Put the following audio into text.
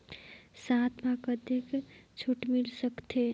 साथ म कतेक छूट मिल सकथे?